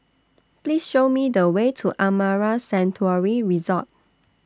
Please Show Me The Way to Amara Sanctuary Resort